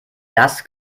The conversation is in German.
das